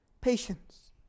patience